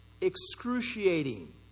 Excruciating